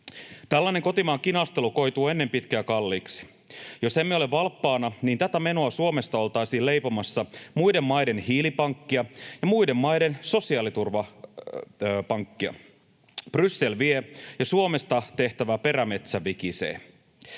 Tällainen kotimaan kinastelu koituu ennen pitkää kalliiksi. Jos emme ole valppaana, niin tätä menoa Suomesta oltaisiin leipomassa muiden maiden hiilipankkia ja muiden maiden sosiaaliturvapankkia. Bryssel vie, ja Suomesta tehtävä perämetsä vikisee.